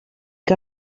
que